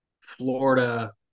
Florida